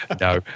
no